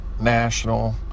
national